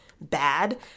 bad